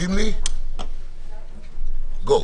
יותר טוב ממני - אם יש מישהו שנמצא בחו"ל ומשפחתו